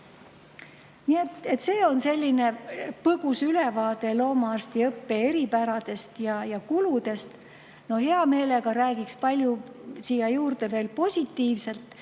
see oli põgus ülevaade loomaarstiõppe eripäradest ja kuludest. Hea meelega räägiks palju siia juurde veel positiivset,